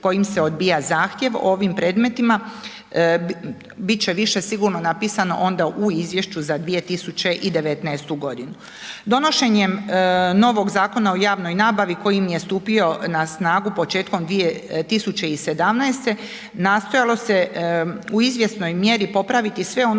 kojim se odbija zahtjev u ovim predmetima, bit će više sigurno napisano onda u izvješću za 2019.g. Donošenjem novog Zakona o javnoj nabavi koji je stupio na snagu početkom 2017. nastojalo se u izvjesnoj mjeri popraviti sve ono što